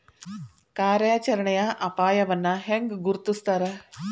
ಕಾರ್ಯಾಚರಣೆಯ ಅಪಾಯವನ್ನ ಹೆಂಗ ಗುರ್ತುಸ್ತಾರ